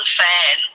fan